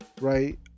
right